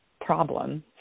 problem